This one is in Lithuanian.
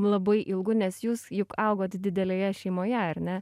labai ilgu nes jūs juk augot didelėje šeimoje ar ne